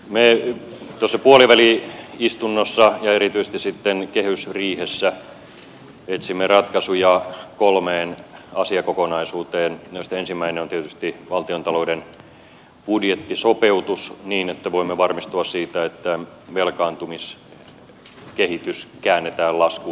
me tuossa puoliväli istunnossa ja erityisesti sitten kehysriihessä etsimme ratkaisuja kolmeen asiakokonaisuuteen joista ensimmäinen on tietysti valtiontalouden budjettisopeutus niin että voimme varmistua siitä että velkaantumiskehitys käännetään laskuun